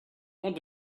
what